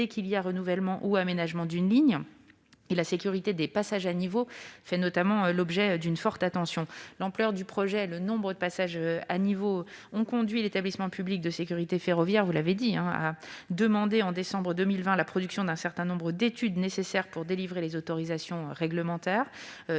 qu'il y a renouvellement ou réaménagement d'une ligne. La sécurité des passages à niveau fait notamment l'objet d'une forte attention. L'ampleur du projet et le nombre de passages à niveau ont conduit l'Établissement public de sécurité ferroviaire à demander en décembre 2020, comme vous l'avez rappelé, la production d'un certain nombre d'études nécessaires pour délivrer les autorisations réglementaires.